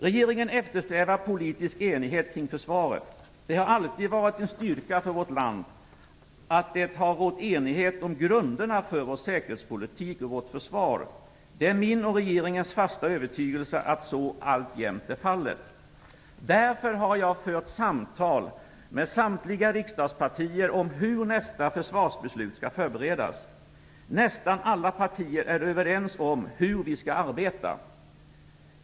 Regeringen eftersträvar politisk enighet kring försvaret. Det har alltid varit en styrka för vårt land att det har rått enighet om grunderna för vår säkerhetspolitik och vårt försvar. Det är min och regeringens fasta övertygelse att så alltjämt är fallet. Därför har jag fört samtal med samtliga riksdagspartier om hur nästa försvarsbeslut skall förberedas. Nästan alla partier är överens om hur vi skall arbeta.